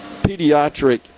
pediatric